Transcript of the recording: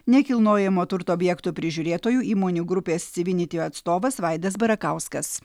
nekilnojamo turto objektų prižiūrėtojų įmonių grupės civinity atstovas vaidas barakauskas